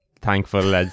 Thankful